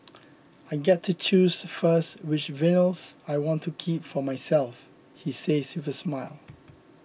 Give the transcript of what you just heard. I get to choose first which vinyls I want to keep for myself he says with a smile